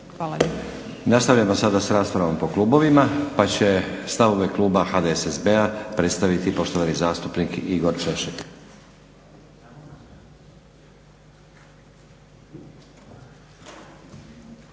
(SDP)** Nastavljamo sada s raspravom po klubovima pa će stavove kluba HDSSB-a predstaviti poštovani zastupnik Igor Češek.